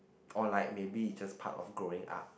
or like maybe it's just part of growing up